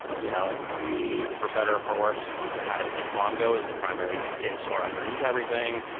you know we for better or for worse had mongo is the primary data store underneath everything.